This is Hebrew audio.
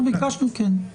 ביקשנו את ההתייחסות שלהם.